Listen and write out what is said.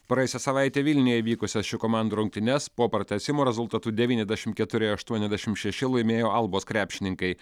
praėjusią savaitę vilniuje vykusias šių komandų rungtynes po pratęsimo rezultatu devyniasdešim keturi aštuoniasdešim šeši laimėjo albos krepšininkai